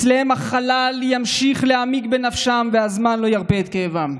אצלם החלל ימשיך להעמיק בנפשם והזמן לא ירפה את כאבם.